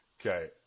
Okay